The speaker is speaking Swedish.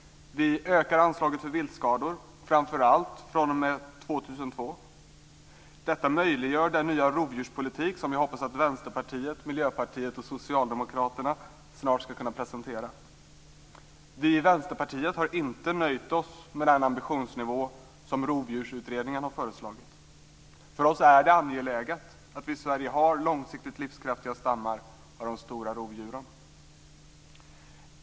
Vi ökar anslaget för viltskador, framför allt fr.o.m. 2002. Detta möjliggör den nya rovdjurspolitik som vi hoppas att Vänsterpartiet, Miljöpartiet och Socialdemokraterna snart ska kunna presentera. Vi i Vänsterpartiet har inte nöjt oss med den ambitionsnivå som Rovdjursutredningen har föreslagit. För oss är det angeläget att vi i Sverige har långsiktigt livskraftiga stammar av de stora rovdjuren.